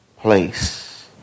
place